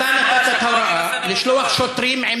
האם אתה נתת את ההוראה לשלוח שוטרים עם